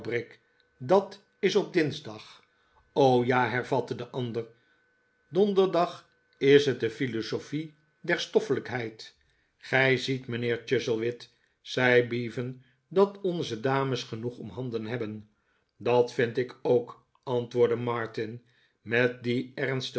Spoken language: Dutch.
dat is op dinsdag ja hervatte de ander donderdag is het de philosophie der stoffelijkheid gij ziet mijnheer chuzzlewit zei bevan dat onze dames genoeg om handen hebben dat vind ik ook antwoordde martin met die ernstige